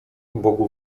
bogu